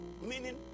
meaning